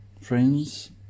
Friends